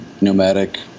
nomadic